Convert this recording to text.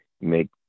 make